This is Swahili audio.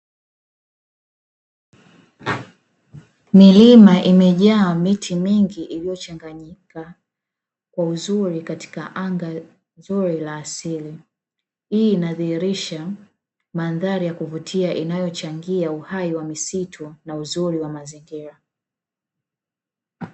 Milima imejaa miti mingi iliyochanganyika kwa uzuri katika anga zuri la asili, hii inadhihirisha mandhari ya kuvutia inayochangia uhai wa misitu na uzuri wa mazingira